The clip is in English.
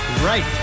Right